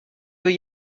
veut